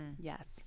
Yes